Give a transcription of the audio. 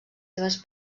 seves